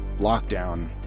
Lockdown